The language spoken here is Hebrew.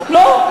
לא.